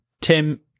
Tim